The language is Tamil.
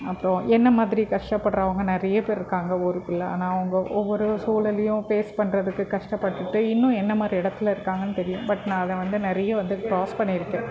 அப்புறம் என்னை மாதிரி கஷ்டப்படுறவுங்க நிறைய பேர் இருக்காங்க ஊருக்குள்ளே ஆனால் அவங்க ஒவ்வொரு சூழலையும் ஃபேஸ் பண்ணுறதுக்கு கஷ்டப்பட்டுகிட்டு இன்னும் என்ன மாதிரி இடத்துல இருக்காங்கன் தெரியும் பட் நான் அதை வந்து நிறையே வந்து கிராஸ் பண்ணியிருக்கேன்